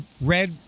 Red